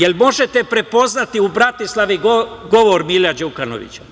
Da li možete prepoznati u Bratislavi govor Mila Đukanovića?